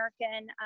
American